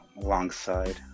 alongside